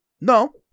No